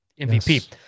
MVP